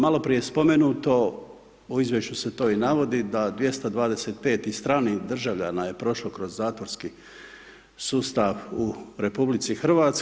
Maloprije spomenuto, u izvješću se to i navodi da 225 stranih državljana je prošlo kroz zatvorski sustav u RH.